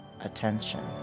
attention